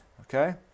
okay